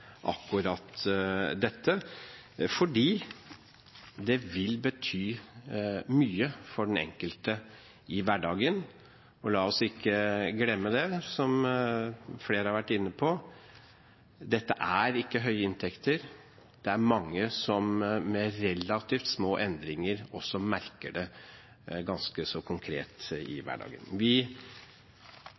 akkurat dette, fordi det vil bety mye for den enkelte i hverdagen. La oss ikke glemme det, som flere har vært inne på. Dette er ikke høye inntekter, det er mange som med relativt små endringer også merker det ganske så konkret i hverdagen. Vi